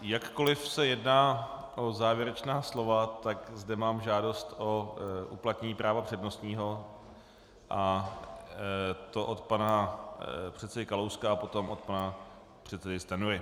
Jakkoliv se jedná o závěrečná slova, tak zde mám žádost o uplatnění práva přednostního, a to od pana předsedy Kalouska a potom od pana předsedy Stanjury.